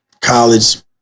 college